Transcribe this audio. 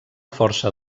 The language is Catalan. força